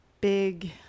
big